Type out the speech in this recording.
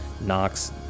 Knox